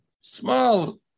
Small